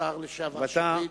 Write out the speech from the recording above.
השר לשעבר שטרית,